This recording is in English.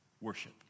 worship